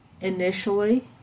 Initially